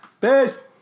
Peace